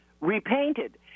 repainted